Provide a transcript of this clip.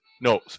No